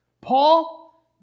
Paul